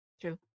true